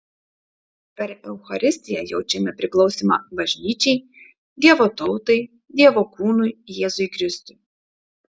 per eucharistiją jaučiame priklausymą bažnyčiai dievo tautai dievo kūnui jėzui kristui